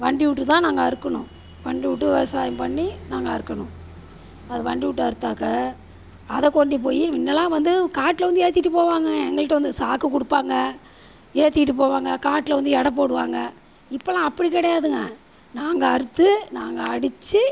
வண்டி விட்டு தான் நாங்கள் அறுக்கணும் வண்டி விட்டு விவசாயம் பண்ணி நாங்கள் அறுக்கணும் அதை வண்டி விட்டு அறுத்தாக்க அதை கொண்டு போய் முன்னெல்லாம் வந்து காட்டில் வந்து ஏற்றிட்டு போவாங்க எங்கள்கிட்ட வந்து சாக்கு கொடுப்பாங்க ஏற்றிக்கிட்டு போவாங்க காட்டில் வந்து எடை போடுவாங்க இப்போல்லாம் அப்படி கிடையாதுங்க நாங்கள் அறுத்து நாங்கள் அடித்து